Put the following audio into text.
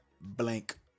blank